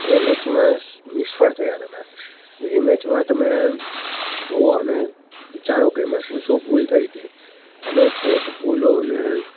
એ મેચમાં સ નિષ્ફળ થયા તમે તો એ મેચમાં તમે જુઓ અને વિચારો કે એમાં શું શું ભૂલ થઈ હતી અને તે જ ભૂલો અને